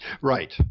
right